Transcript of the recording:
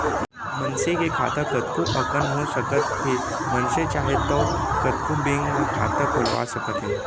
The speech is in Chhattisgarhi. मनसे के खाता कतको अकन हो सकत हे मनसे चाहे तौ कतको बेंक म खाता खोलवा सकत हे